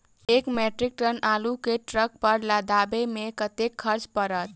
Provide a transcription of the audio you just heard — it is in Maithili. एक मैट्रिक टन आलु केँ ट्रक पर लदाबै मे कतेक खर्च पड़त?